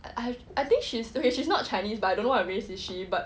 I have I think she's okay she's not chinese but I don't know what race is she but